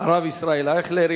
הרב ישראל אייכלר.